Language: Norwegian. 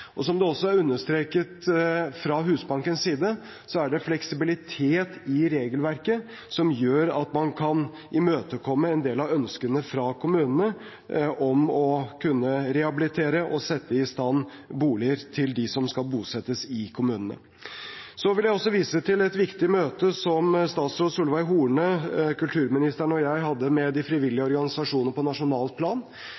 som det også er understreket fra Husbankens side – fleksibilitet i regelverket, som gjør at man kan imøtekomme en del av ønskene fra kommunene om å kunne rehabilitere og sette i stand boliger til dem som skal bosettes i kommunen. Så vil jeg også vise til et viktig møte som statsråd Solveig Horne, kulturministeren og jeg hadde med de frivillige organisasjonene på nasjonalt plan.